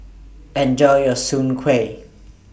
Enjoy your Soon Kway